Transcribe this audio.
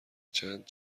چند